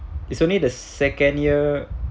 it's only the second year